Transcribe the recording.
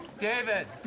david.